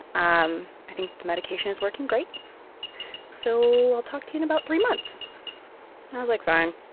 um i think the medication is working great so i'll talk to you in about three months. and i was like fine.